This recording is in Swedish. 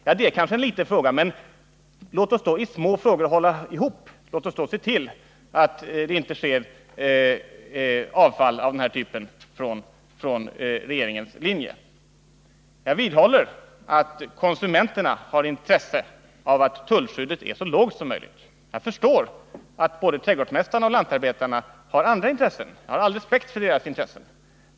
Ja, det är kanske en liten fråga, men låt oss då i små frågor hålla ihop, låt oss då se till att det inte sker avfall av den här typen från regeringens linje. Jag vidhåller att konsumenterna har intresse av att tullskyddet är så lågt som möjligt. Jag förstår att både trädgårdsmästarna och lantarbetarna har andra intressen. Jag har all respekt för deras intressen.